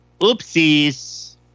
Oopsies